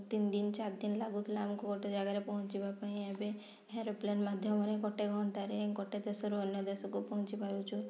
ତିନି ଦିନ ଚାରି ଦିନ ଲାଗୁଥିଲା ଆମକୁ ଗୋଟେ ଜାଗାରେ ପହଞ୍ଚିବା ପାଇଁ ଏବେ ଏରପ୍ଲେନ୍ ମାଧ୍ୟମ ରେ ଗୋଟେ ଘଣ୍ଟା ରେ ଗୋଟେ ଦେଶ ରୁ ଅନ୍ୟ ଦେଶ କୁ ପହଞ୍ଚି ପାରୁଛୁ